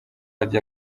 ajya